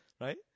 Right